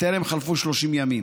טרם חלפו 30 ימים.